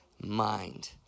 Mind